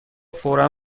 فورا